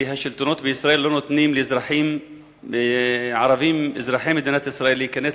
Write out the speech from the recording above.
השלטונות בישראל לא נותנים לערבים אזרחי מדינת ישראל להיכנס